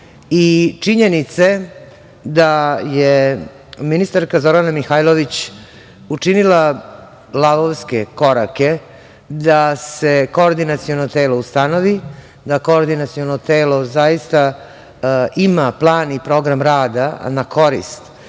i činjenice da je ministarka Zorana Mihajlović učinila lavovske koraka da se koordinaciono telo ustanovi, da koordinaciono telo zaista ima plan i program rada na korist